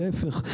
להיפך,